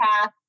path